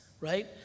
right